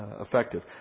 effective